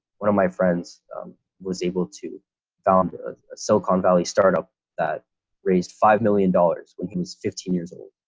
one of my friends was able to found a silicon valley startup that raised five million dollars when he was fifteen years old.